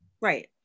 Right